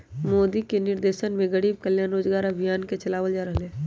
मोदी के निर्देशन में गरीब कल्याण रोजगार अभियान के चलावल जा रहले है